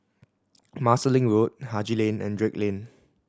Marsiling Road Haji Lane and Drake Lane